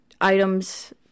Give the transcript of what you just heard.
items